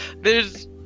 There's-